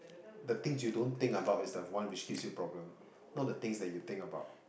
the things you don't think about is the one a big excuse problem not the the things that you think about